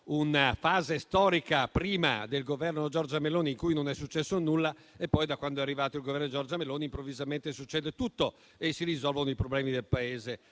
una fase storica precedente al Governo di Giorgia Meloni in cui non è successo nulla e poi, da quando è arrivato il Governo di Giorgia Meloni, improvvisamente succede tutto e si risolvono i problemi del Paese.